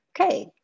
Okay